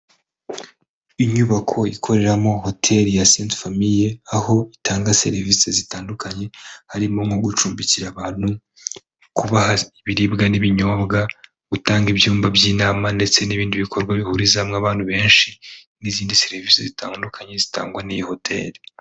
Inyubako ikoreramo hoteli ya senti famiye aho itanga serivise zitandukanye, harimo nko gucumbikira abantu, kubaha ibiribwa n'ibinyobwa, gutanga ibyumba by'inama ndetse n'ibindi bikorwa bihurizamo abantu benshi. N'izindi serivise zitandukanye zitangwa n'iyi hoteli.